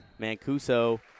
Mancuso